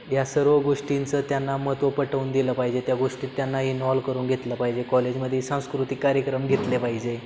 ह्या सर्व गोष्टींचं त्यांना महत्त्व पटवून दिलं पाहिजे त्या गोष्टीत त्यांना इन्वॉल्व करून घेतलं पाहिजे कॉलेजमध्ये सांस्कृतिक कार्यक्रम घेतले पाहिजे